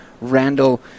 Randall